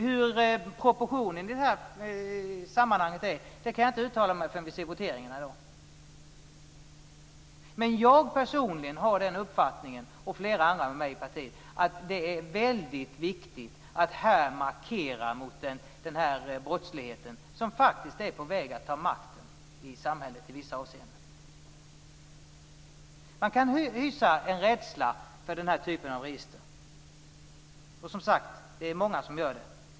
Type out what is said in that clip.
Hur proportionerna i det här sammanhanget ser ut kan jag inte uttala mig om förrän vi ser resultatet från voteringarna senare i dag. Jag personligen, liksom flera andra i partiet, har uppfattningen att det är väldigt viktigt att här markera mot den här brottsligheten, som faktiskt i vissa avseenden är på väg att ta makten i samhället. Man kan hysa en rädsla för den här typen av register, och det är som sagt många som gör det.